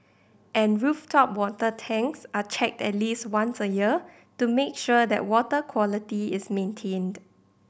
and rooftop water tanks are checked at least once a year to make sure that water quality is maintained